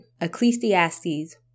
Ecclesiastes